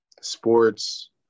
sports